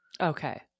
Okay